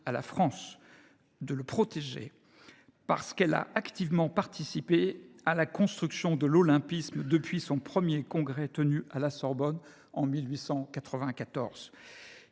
à la France de le protéger, parce qu’elle a activement participé à la construction de l’olympisme depuis son premier congrès, tenu à la Sorbonne en 1894.